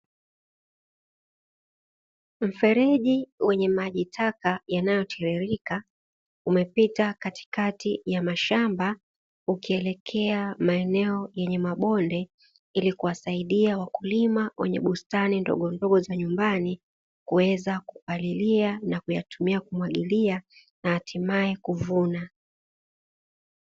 Mfereji wenye maji taka yanayotiririka, umepita katikati ya mashamba ukielekea maeneo yenye mabonde, ili kuwasaidia wakulima wenye bustani ndogondogo za nyumbani, kuweza kupalilia na kuyatumia kumwagilia na hatimaye kuvuna.